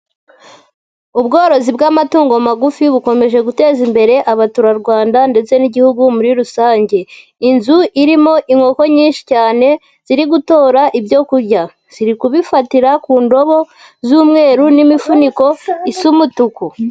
Ubworozi bw'amatungo magufi bukomeje guteza imbere abaturarwanda ndetse n'igihugu muri rusange, inzu irimo inkoko nyinshi cyane ziri gutora ibyo kurya, ziri kubifatira ku ndobo z'umweru n'imifuniko isa umutuku.